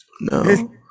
No